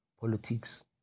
politics